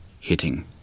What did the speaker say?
hitting